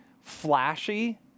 flashy